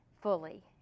fully